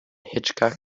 hitchcock